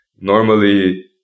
normally